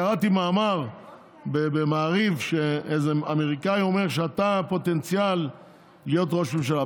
קראתי מאמר במעריב שאיזה אמריקאי אומר שאתה הפוטנציאל להיות ראש ממשלה.